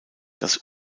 das